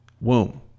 womb